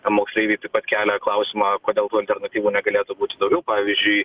moksleiviai taip pat kelia klausimą kodėl tų alternatyvų negalėtų būti daugiau pavyzdžiui